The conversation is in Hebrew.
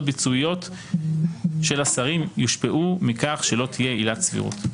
ביצועיות של השרים יושפיעו מכך שלא תהיה עילת סבירות.